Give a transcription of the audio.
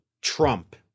Trump